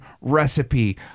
recipe